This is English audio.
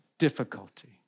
difficulty